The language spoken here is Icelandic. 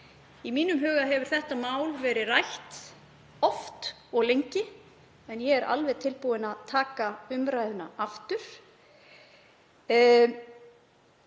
Í mínum huga hefur þetta mál verið rætt oft og lengi en ég er alveg tilbúin að taka umræðuna aftur